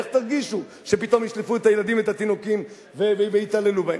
איך תרגישו כשפתאום ישלפו את הילדים ואת התינוקות ויתעללו בהם?